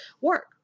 work